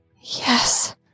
Yes